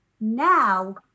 Now